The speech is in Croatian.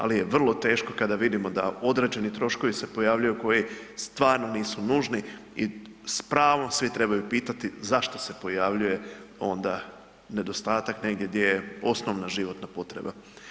Ali je vrlo teško kada vidimo da određeni troškovi se pojavljuju koji stvarno nisu nužni i s pravom svi trebaju pitati zašto se pojavljuje onda nedostatak negdje gdje osnovna životna potreba.